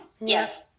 Yes